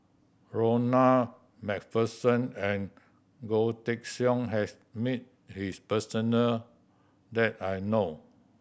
Ronald Macpherson and Goh Teck Sian has meet his personal that I know